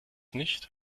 nicht